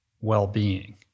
well-being